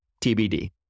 TBD